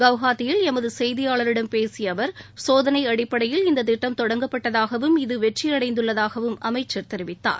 கவுஹாத்தியில் எமது செய்தியாளரிடம் பேசிய அவர் சோளை அடிப்படையில் இந்த திட்டம் தொடங்கப்பட்டதாகவும் இது வெற்றியடைந்துள்ளதாகவும் அமைச்சர் தெரிவித்தார்